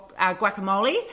guacamole